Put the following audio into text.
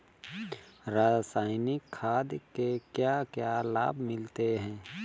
रसायनिक खाद के क्या क्या लाभ मिलते हैं?